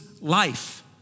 life